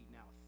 now